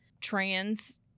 trans